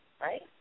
right